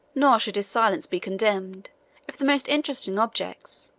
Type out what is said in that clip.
nor should his silence be condemned if the most interesting objects,